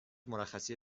مرخصی